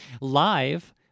live